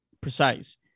precise